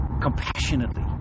compassionately